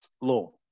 law